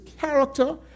character